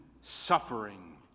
suffering